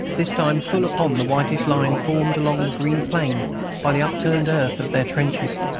this time full upon the whitish line formed along the green plain by the upturned earth of their trenches.